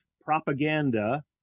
propaganda